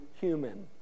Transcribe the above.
human